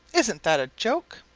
isn't that a joke?